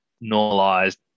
normalized